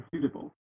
suitable